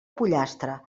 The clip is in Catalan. pollastre